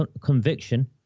conviction